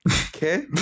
Okay